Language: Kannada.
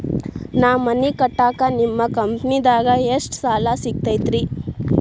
ನಾ ಮನಿ ಕಟ್ಟಾಕ ನಿಮ್ಮ ಕಂಪನಿದಾಗ ಎಷ್ಟ ಸಾಲ ಸಿಗತೈತ್ರಿ?